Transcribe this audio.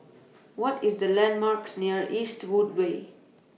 What IS The landmarks near Eastwood Way